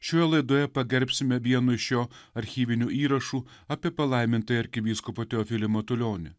šioje laidoje pagerbsime vienu iš jo archyvinių įrašų apie palaimintąjį arkivyskupą teofilį matulionį